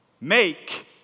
make